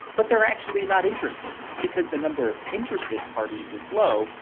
but they're actually not interested because the number of interested parties is low.